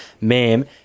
ma'am